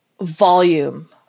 volume